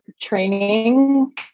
training